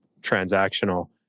transactional